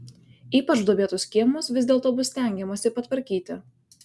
ypač duobėtus kiemus vis dėlto bus stengiamasi patvarkyti